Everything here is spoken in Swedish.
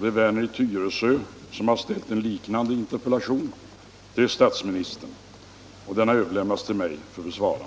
Nr 12 Herr Werner i Tyresö har till statsministern ställt en liknande inter Onsdagen den pellation, vilken har överlämnats till mig för besvarande.